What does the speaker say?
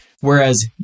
whereas